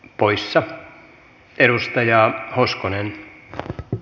poissa edustaja hoskonen o